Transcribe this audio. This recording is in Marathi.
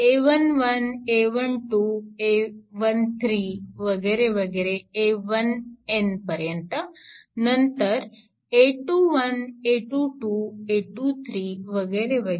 a 1 1 a 1 2 a 1 2 a 1n पर्यंत नंतर a 21 a 2 2 a 2 2